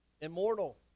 immortal